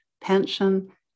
pension